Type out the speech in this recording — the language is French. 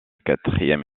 quatrième